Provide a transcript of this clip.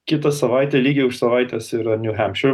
kitą savaitę lygiai už savaitės yra niu hempšyr